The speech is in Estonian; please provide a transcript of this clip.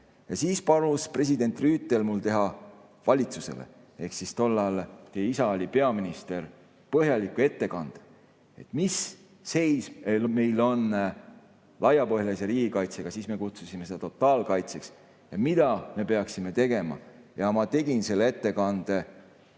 Siis palus president Rüütel mul teha valitsusele – tollal oli teie isa peaminister – põhjaliku ettekande, mis seis meil on laiapõhjalise riigikaitsega – siis me kutsusime seda totaalkaitseks – ja mida me peaksime tegema. Ma tegin selle ettekande.